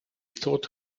thought